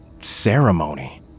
ceremony